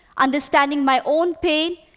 understanding my own pain,